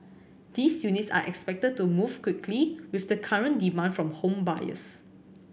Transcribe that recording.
these units are expected to move quickly with the current demand from home buyers